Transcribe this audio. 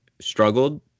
struggled